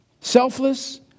Selfless